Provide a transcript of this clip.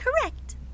correct